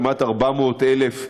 יש בו כמעט 400,000 חברים,